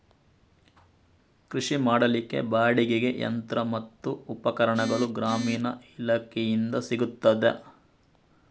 ಕೃಷಿ ಮಾಡಲಿಕ್ಕೆ ಬಾಡಿಗೆಗೆ ಯಂತ್ರ ಮತ್ತು ಉಪಕರಣಗಳು ಗ್ರಾಮೀಣ ಇಲಾಖೆಯಿಂದ ಸಿಗುತ್ತದಾ?